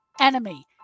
enemy